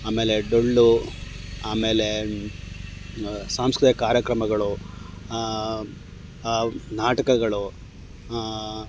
ಆಮೇಲೆ ಢೊಳ್ಳು ಆಮೇಲೆ ಸಾಂಸ್ಕೃತಿಕ ಕಾರ್ಯಕ್ರಮಗಳು ಅವು ನಾಟಕಗಳು